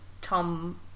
Tom